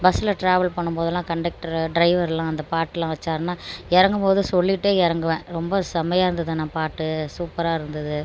பஸ்ஸில் ட்ராவல் பண்ணும் போதுலாம் கண்டக்டர் டிரைவர்லாம் அந்த பாட்டுலாம் வச்சாருன்னா இறங்கும்போது சொல்லிகிட்டே இறங்குவன் ரொம்ப செமையாக இருந்துதுண்ணா பாட்டு சூப்பராருந்துது